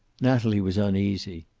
natalie was uneasy.